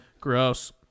Gross